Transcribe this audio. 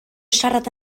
siarad